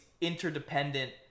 interdependent